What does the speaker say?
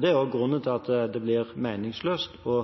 Det er grunnen til at det blir meningsløst å